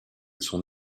son